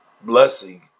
blessing